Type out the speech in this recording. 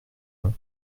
ans